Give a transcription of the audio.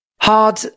Hard